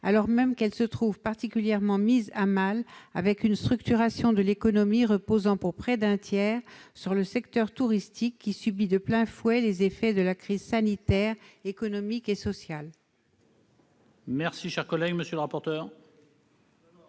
alors même qu'elles se trouvent particulièrement mises à mal, avec une structuration de l'économie reposant pour près d'un tiers sur le secteur touristique, qui subit de plein fouet les effets de la crise sanitaire, économique et sociale.